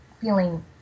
feeling